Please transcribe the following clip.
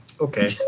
Okay